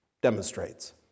demonstrates